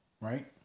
Right